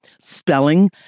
spelling